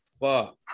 fuck